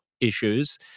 issues